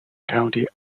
county